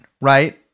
right